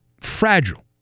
fragile